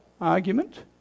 argument